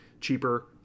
cheaper